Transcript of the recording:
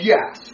Yes